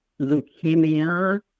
leukemia